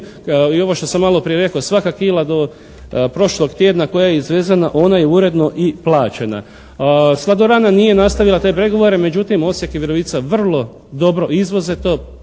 i ovo što sam maloprije rekao svaka kila do prošlog tjedna koja je izvezena ona je uredno i plaćena. "Sladorana" nije nastavila te pregovore, međutim Osijek i Virovitica vrlo dobro izvoze to,